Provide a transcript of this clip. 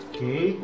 Okay